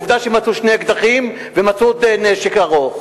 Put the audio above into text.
עובדה שמצאו שני אקדחים ומצאו עוד נשק ארוך.